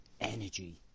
energy